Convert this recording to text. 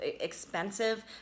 expensive